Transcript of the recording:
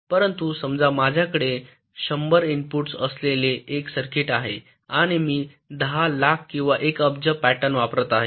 परंतु समजा माझ्याकडे १०० इनपुट्ज असलेले एक सर्किट आहे आणि मी १० लाख किंवा १ अब्ज पॅटर्न वापरत आहे